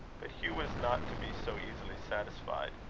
but hugh was not to be so easily satisfied.